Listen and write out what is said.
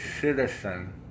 citizen